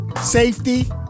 safety